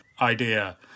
idea